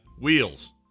Wheels